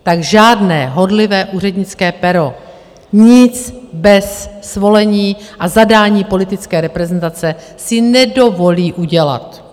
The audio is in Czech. Tak žádné horlivé úřednické pero nic bez svolení a zadání politické reprezentace si nedovolí udělat.